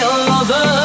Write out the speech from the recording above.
over